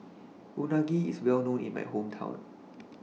Unagi IS Well known in My Hometown